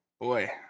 boy